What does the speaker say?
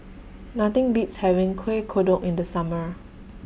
Nothing Beats having Kueh Kodok in The Summer